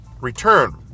return